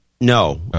No